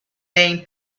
named